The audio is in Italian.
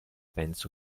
penso